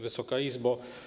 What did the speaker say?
Wysoka Izbo!